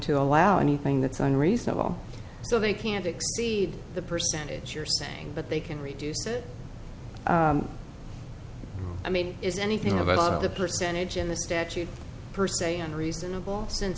to allow anything that's unreasonable so they can't exceed the percentage you're saying but they can reduce it i mean is anything about the percentage in the statute per se and reasonable since